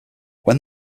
when